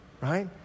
right